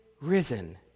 risen